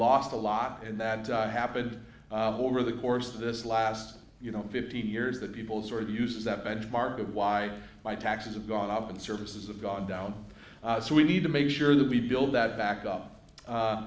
lost a lot in that happened over the course of this last you know fifteen years that people sort of use that benchmark of why my taxes have gone up and services have gone down so we need to make sure that we build that back up